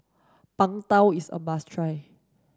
Png Tao is a must try